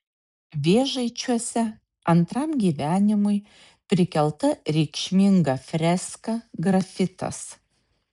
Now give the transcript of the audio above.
vėžaičiuose antram gyvenimui prikelta reikšminga freska grafitas